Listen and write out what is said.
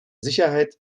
sicherheit